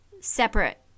separate